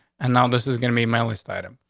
and now this is gonna be my list item.